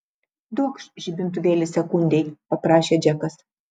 duokš žibintuvėlį sekundei paprašė džekas